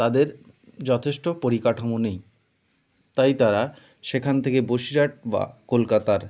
তাদের যথেষ্ট পরিকাঠামো নেই তাই তারা সেখান থেকে বসিরহাট বা কলকাতার